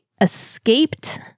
escaped